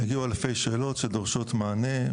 הגיעו אלפי שאלות שדורשות מענה.